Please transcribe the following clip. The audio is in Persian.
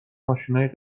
ماشینای